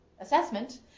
assessment